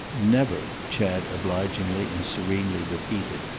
never, chad obligingly and serenely repeated.